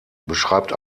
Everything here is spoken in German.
beschreibt